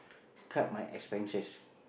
cut my expenses